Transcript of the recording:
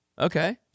Okay